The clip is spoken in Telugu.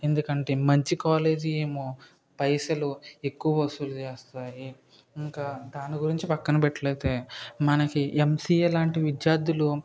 ఎందుకంటే మంచి కాలేజీ ఏమో పైసలు ఎక్కువ వసూలు చేస్తాయి ఇంకా దాని గురించి పక్కన పెట్టినట్లు అయితే మనకి ఎంసీఏ లాంటి విద్యార్థులు